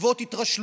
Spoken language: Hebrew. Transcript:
בעקבות התרשלותך,